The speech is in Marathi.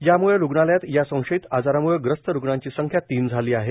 याम्ळे रूग्णालयात या संशयित आजाराम्ळे ग्रस्त रूग्णांची संख्या तीन झाली आहे